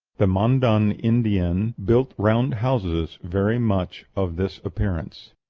the mandan indians built round houses very much of this appearance.